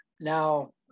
now